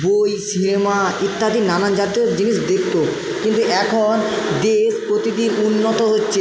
বই সিনেমা ইত্যাদি নানান জাতীয় জিনিস দেখতো কিন্তু এখন দেশ প্রতিদিন উন্নত হচ্ছে